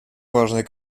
важной